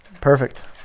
perfect